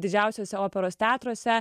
didžiausiose operos teatruose